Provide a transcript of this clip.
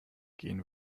gehen